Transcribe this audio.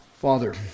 Father